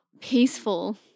peaceful